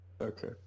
Okay